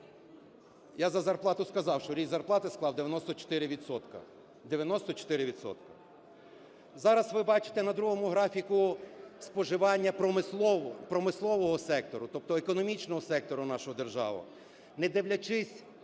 Я за зарплату сказав, що ріст зарплати склав 94 відсотка, 94 відсотка. Зараз ви бачите на другому графіку споживання промислового сектору, тобто економічного сектору нашої держави.